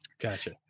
Gotcha